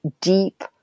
deep